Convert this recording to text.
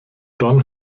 don